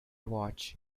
watch